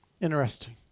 interesting